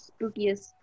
spookiest